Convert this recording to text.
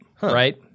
right